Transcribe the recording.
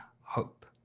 hope